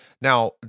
Now